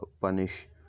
punish